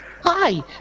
Hi